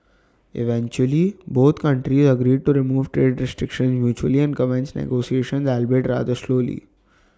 eventually both countries agreed to remove trade restrictions mutually and commence negotiations albeit rather slowly